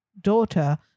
daughter